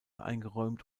eingeräumt